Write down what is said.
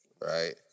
right